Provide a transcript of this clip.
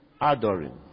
adoring